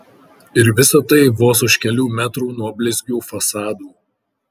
ir visa tai vos už kelių metrų nuo blizgių fasadų